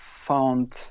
found